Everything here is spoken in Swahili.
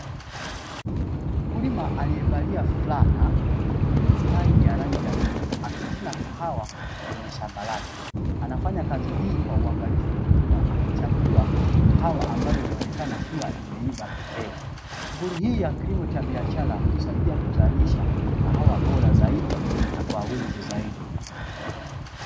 Mkulima aliyevalia fulana yenye mistari ya rangi ya bluu, akivuna kahawa kwenye shamba lake, anafanya kazi hii kwa uangalifu mkubwa, akichagua kahawa ambayo ilionekana kuwa imeiva pekee. Shughuli hii ya kilimo cha biashara husaidia kuzalisha kahawa bora zaidi na kwa wingi zaidi.